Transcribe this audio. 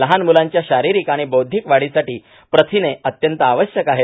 लहान मुलांच्या शारिरीक आणि बौद्धिक वाढीसाठी प्रथिने अत्यंत आवश्यक आहेत